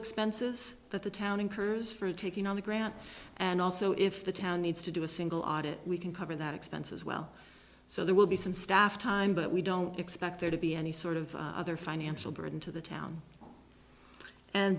expenses that the town incurs for taking on the grant and also if the town needs to do a single out it we can cover that expense as well so there will be some staff time but we don't expect there to be any sort of other financial burden to the town and